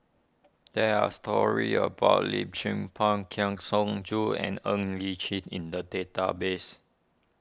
there are stories about Lim Tze Peng Kang Siong Joo and Ng Li Chin in the database